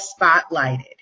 spotlighted